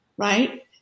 right